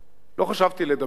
לא חשבתי לדבר על זה,